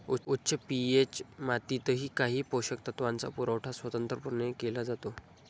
उच्च पी.एच मातीतही काही पोषक तत्वांचा पुरवठा स्वतंत्रपणे केला जातो